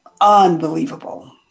unbelievable